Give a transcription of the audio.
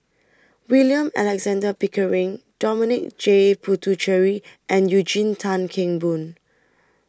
William Alexander Pickering Dominic J Puthucheary and Eugene Tan Kheng Boon